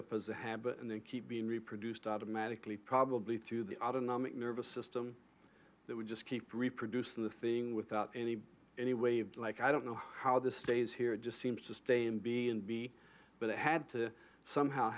up as a habit and then keep being reproduced automatically probably to the autonomic nervous system that would just keep reproducing the thing without any anyway like i don't know how this stays here it just seems to stay in b and b but it had to somehow